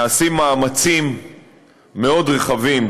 נעשים מאמצים מאוד רחבים